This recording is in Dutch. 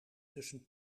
tussen